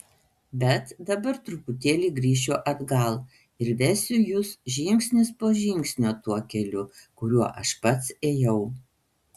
bet dabar truputėlį grįšiu atgal ir vesiu jus žingsnis po žingsnio tuo keliu kuriuo aš pats ėjau